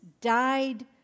died